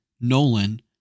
Nolan